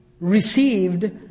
received